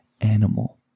animal